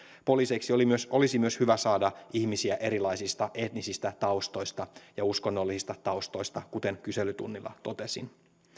olisi myös hyvä saada poliiseiksi ihmisiä erilaisista etnisistä ja uskonnollisista taustoista kuten kyselytunnilla totesin